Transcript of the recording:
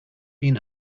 been